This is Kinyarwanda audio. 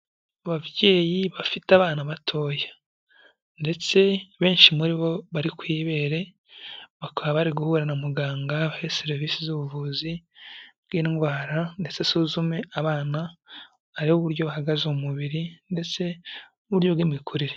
Ababyeyi bafite abana batoya, ndetse benshi muri bo bari ku ibere bakaba bari guhura na muganga abahe serivise z'ubuvuzi bw'indwara, ndetse asuzume abana aribe uburyo bahagaze mu mubiri ndetse n'uburyo bw'imikurire.